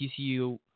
TCU